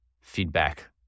feedback